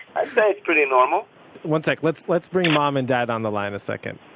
i'd say it's pretty normal one sec, let's let's bring mom and dad on the line a second.